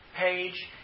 Page